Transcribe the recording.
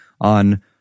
on